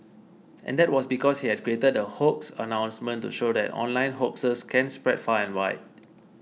and that was because he had created the hoax announcement to show that online hoaxes can spread far and wide